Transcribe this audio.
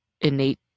innate